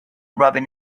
rubbing